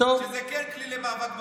שזה כן כלי למאבק בטרור.